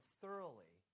thoroughly